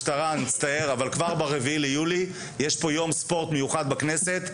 משטרה אני מצטער אבל כבר ב-4 ליולי יש פה יום ספורט מיוחד בכנסת,